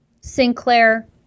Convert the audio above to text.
Sinclair